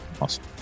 Awesome